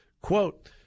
Quote